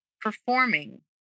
performing